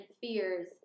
fears